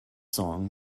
song